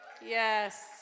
Yes